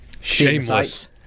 Shameless